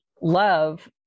love